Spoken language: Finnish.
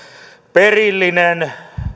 perillinen